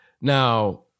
Now